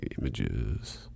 images